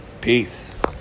Peace